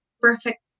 perfect